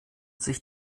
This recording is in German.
sich